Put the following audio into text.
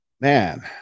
man